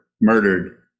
murdered